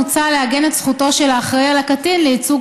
מוצע לעגן את זכותו של האחראי על הקטין לייצוג